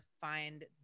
find